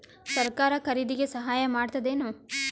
ಸರಕಾರ ಖರೀದಿಗೆ ಸಹಾಯ ಮಾಡ್ತದೇನು?